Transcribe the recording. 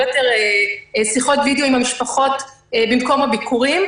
יותר שיחות וידיאו עם המשפחות במקום הביקורים,